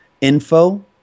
info